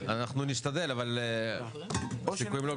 אנחנו נשתדל אבל הסיכויים לא